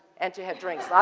and to have drinks.